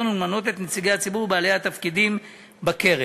ולמנות את נציגי הציבור בעלי התפקידים בקרן.